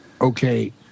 okay